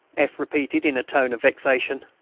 f. repeated in a tone of vexation,